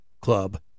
Club